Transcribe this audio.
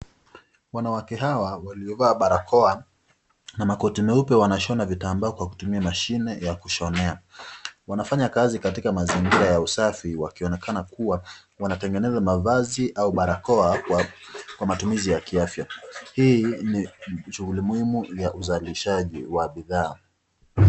Wanawake hawa waliovaa barakoa na makoti meupe wanashona vitambaa kwa kutumia mashine ya kushonea, wanafanya kazi katika mazingira ya usafi wakionekana kuwa wanatengeneza mavazi au barakoa kwa matumizi ya kiafya, hii ni shughuli muhimu ya uzalishaji wa bidhaa.